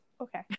okay